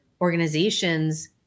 organizations